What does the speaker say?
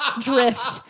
drift